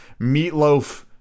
meatloaf